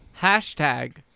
hashtag